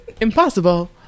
impossible